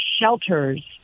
shelters